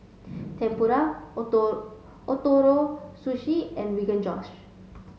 Tempura Ootoro Sushi and Rogan Josh